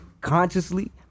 consciously